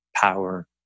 power